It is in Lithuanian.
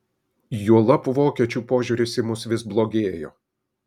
juolab vokiečių požiūris į mus vis blogėjo